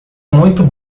muito